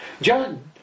John